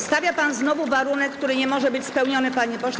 Stawia pan znowu warunek, który nie może być spełniony, panie pośle.